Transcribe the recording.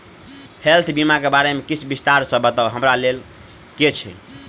Health बीमा केँ बारे किछ विस्तार सऽ बताउ हमरा लेबऽ केँ छयः?